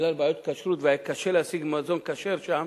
בגלל בעיות כשרות, היה קשה להשיג מזון כשר שם,